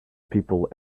people